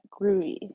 groovy